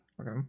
okay